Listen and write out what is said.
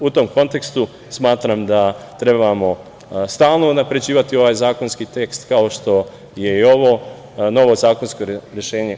U tom kontekstu smatram da trebamo stalno unapređivati ovaj zakonski tekst, kao što je i ovo novo zakonsko rešenje.